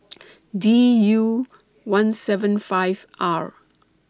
D U one seven five R